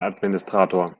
administrator